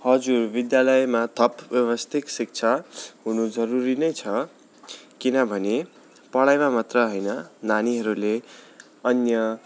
हजुर विद्यालयमा थप व्यवस्थित शिक्षा हुनु जरुरी नै छ किनभने पढाइमा मात्र होइन नानीहरूले अन्य